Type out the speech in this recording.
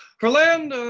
for land,